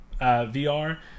VR